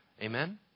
Amen